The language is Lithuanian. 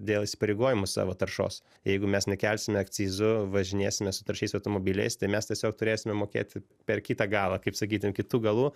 dėl įsipareigojimų savo taršos jeigu mes nekelsime akcizų važinėsime su taršiais automobiliais tai mes tiesiog turėsime mokėti per kitą galą kaip sakyti kitu galu